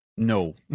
No